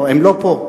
הם לא פה,